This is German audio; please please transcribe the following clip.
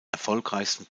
erfolgreichsten